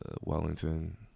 Wellington